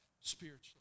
spiritually